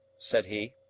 said he.